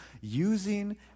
using